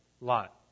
Lot